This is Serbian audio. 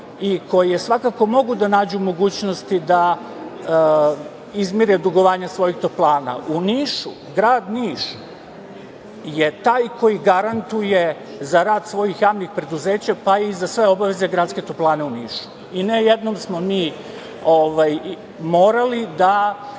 i koje svakako mogu da nađu mogućnosti da izmire dugovanja svojih toplana. U Nišu, grad Niš je taj koji garantuje za rad svojih javnih preduzeća pa i za sve obaveze Gradske toplane u Nišu. Ne jednom smo mi morali da